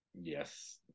yes